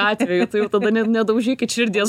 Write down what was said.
atveju tai jau tada na nedaužykit širdies